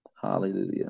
Hallelujah